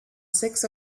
six